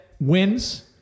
wins